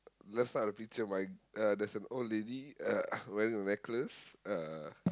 left side of the picture my uh there's an old lady uh wearing a necklace uh